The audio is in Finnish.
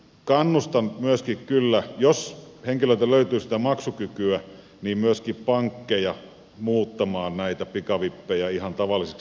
kannustan kyllä jos henkilöltä löytyy sitä maksukykyä myöskin pankkeja muuttamaan näitä pikavippejä ihan tavallisiksi lainoiksi